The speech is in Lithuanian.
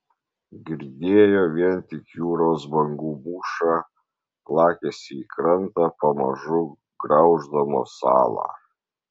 girdėjo vien tik jūros bangų mūšą plakėsi į krantą pamažu grauždamos salą